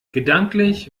gedanklich